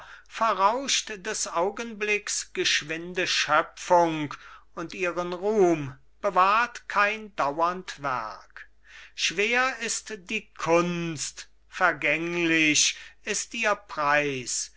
verrauscht des augenblicks geschwinde schöpfung und ihren ruhm bewahrt kein daurend werk schwer ist die kunst vergänglich ist ihr preis